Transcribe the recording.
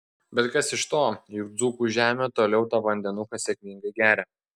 bet kas iš to juk dzūkų žemė toliau tą vandenuką sėkmingai geria